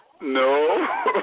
No